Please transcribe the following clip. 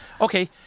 Okay